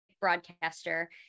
broadcaster